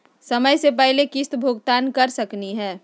समय स पहले किस्त भुगतान कर सकली हे?